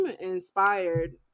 inspired